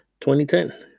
2010